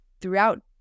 throughout